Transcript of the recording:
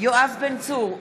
יואב בן צור,